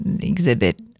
exhibit